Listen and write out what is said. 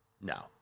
No